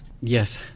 Yes